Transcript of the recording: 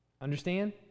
Understand